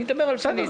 נדבר על פניציה.